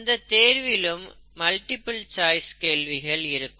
அந்த தேர்விலும் multiple choice கேள்விகள் இருக்கும்